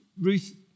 Ruth